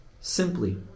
simply